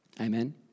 Amen